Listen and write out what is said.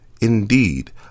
Indeed